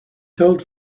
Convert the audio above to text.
told